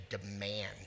demand